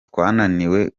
twananiwe